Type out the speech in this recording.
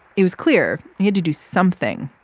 it was clear he had to do something.